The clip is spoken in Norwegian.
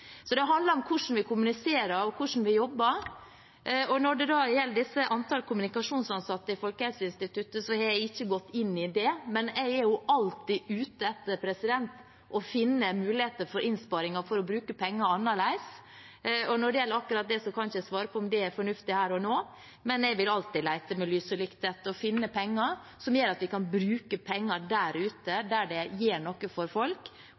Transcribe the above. Det handler om hvordan vi kommuniserer, og hvordan vi jobber. Når det gjelder antallet kommunikasjonsansatte i Folkehelseinstituttet, har jeg ikke gått inn i det, men jeg er jo alltid ute etter å finne muligheter for innsparinger for å bruke penger annerledes. Når det gjelder akkurat dette, kan jeg ikke svare på om det er fornuftig her og nå, men jeg vil alltid lete med lys og lykte etter å finne penger vi kan bruke der ute, der det gjør noe for folk,